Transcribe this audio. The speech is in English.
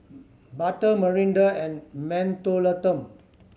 Bata Mirinda and Mentholatum